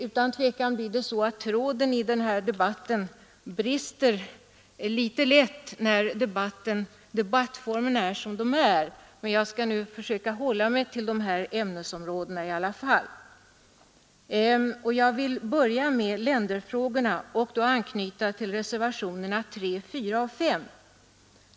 Utan tvivel blir det så att tråden i den här debatten brister ganska lätt när debattformen är som den är, men jag skall nu i alla fall försöka hålla mig till dessa ämnesområden. Jag vill börja med länderfrågorna och anknyta till reservationerna 3, 4 och 5.